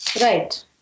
Right